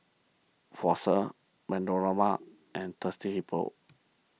Fossil and Thirsty Hippo